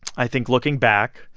i think looking back,